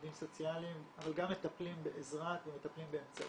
עובדים סוציאליים אבל גם מטפלים בעזרה כמו מטפלים באמצעות,